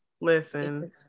Listen